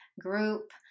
group